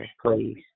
please